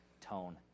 tone